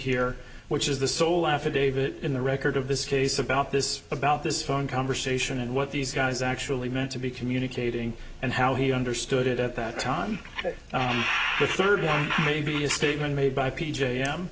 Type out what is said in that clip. here which is the sole affidavit in the record of this case about this about this phone conversation and what these guys actually meant to be communicating and how he understood it at that time the third maybe a statement made by p